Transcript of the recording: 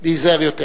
להיזהר יותר.